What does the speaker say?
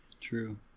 True